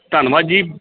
ਧੰਨਵਾਦ ਜੀ